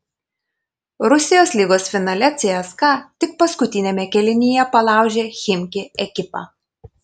rusijos lygos finale cska tik paskutiniame kėlinyje palaužė chimki ekipą